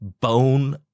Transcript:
bone